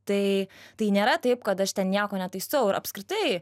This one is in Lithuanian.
tai tai nėra taip kad aš ten nieko netaisau ir apskritai